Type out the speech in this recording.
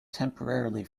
temporarily